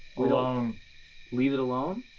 alone leave it alone?